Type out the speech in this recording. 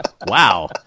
Wow